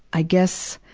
i guess,